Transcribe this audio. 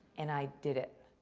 and i did it.